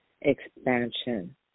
expansion